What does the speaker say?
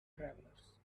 travelers